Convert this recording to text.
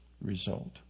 result